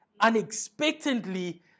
unexpectedly